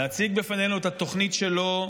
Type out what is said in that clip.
להציג בפנינו את התוכנית שלו,